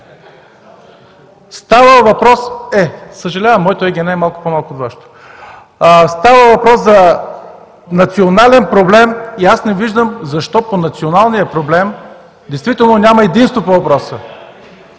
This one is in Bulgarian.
и реплики.) Е, съжалявам, моето ЕГН е малко по-малко от Вашето. Става въпрос за национален проблем и аз не виждам защо по националния проблем, действително няма единство по въпроса?